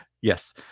Yes